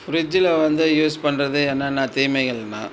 ஃபிரிட்ஜில் வந்து யூஸ் பண்ணுறது என்னென்ன தீமைகள்னால்